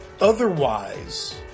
otherwise